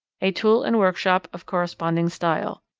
a tool and workshop of corresponding style.